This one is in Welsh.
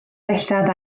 ddillad